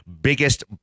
biggest